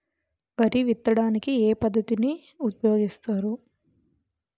వరి విత్తడానికి ఏ పద్ధతిని ఉపయోగిస్తారు?